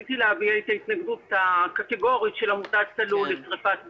רציתי להביע את ההתנגדות הקטגוריות של עמותת צלול לשריפת בוצה.